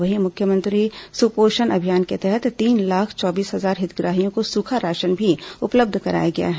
वहीं मुख्यमंत्री सुपोषण अभियान के तहत तीन लाख चौबीस हजार हितग्राहियों को सूखा राशन भी उपलब्ध कराया गया है